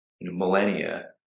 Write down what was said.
millennia